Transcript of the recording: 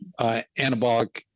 anabolic